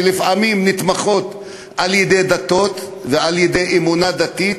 שלפעמים נתמכים על-ידי דתות ועל-ידי אמונה דתית